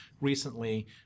recently